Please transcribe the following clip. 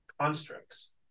constructs